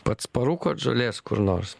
pats parūkot žolės kur nors